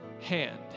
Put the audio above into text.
hand